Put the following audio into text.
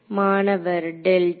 மாணவர் டெல்டா